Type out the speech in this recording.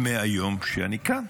מהיום שאני כאן.